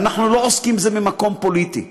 ואנחנו לא עוסקים בזה ממקום פוליטי.